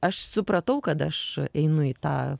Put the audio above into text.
aš supratau kad aš einu į tą